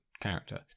character